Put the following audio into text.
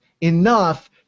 enough